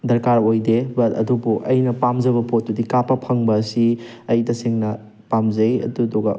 ꯗꯔꯀꯥꯔ ꯑꯣꯏꯗꯦ ꯕꯠ ꯑꯗꯨꯕꯨ ꯑꯩꯅ ꯄꯥꯝꯖꯕ ꯄꯣꯠꯇꯨꯗꯤ ꯀꯥꯞꯄ ꯐꯪꯕ ꯑꯁꯤ ꯑꯩ ꯇꯁꯦꯡꯅ ꯄꯥꯝꯖꯩ ꯑꯗꯨꯗꯨꯒ